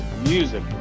music